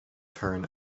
turn